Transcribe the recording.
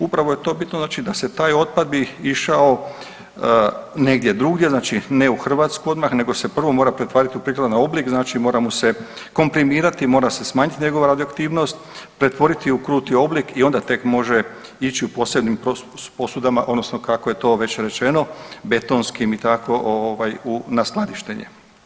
Upravo je to bitno znači da se taj otpad bi išao negdje drugdje, znači ne u Hrvatsku odmah, nego se prvo mora pretvorit u prikladan oblik, znači mora mu se komprimirati, mora se smanjiti njegova radioaktivnost, pretvoriti u kruti oblik i onda tek može ići u posebnim posudama odnosno kako je to već rečeno betonskim i tako ovaj na skladištenje.